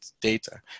data